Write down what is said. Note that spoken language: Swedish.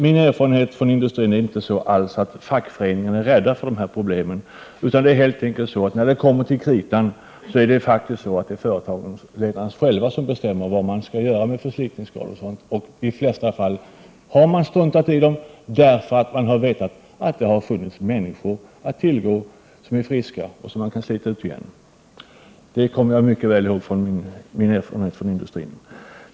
Min erfarenhet från industrin är inte att fackföreningarna är rädda för dessa problem, utan det är helt enkelt så, att när det kommer till kritan är det företagsledarna själva som beslutar om vad man skall göra åt förslitningsskador och sådant. I de flesta fall har de struntat i dessa skador, därför att de varit medvetna om att det har funnits friska människor att tillgå som kan slitas ut. Det är någonting som jag mycket väl kommer ihåg genom min erfarenhet av industri.